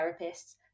therapists